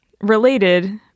related